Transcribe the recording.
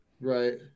Right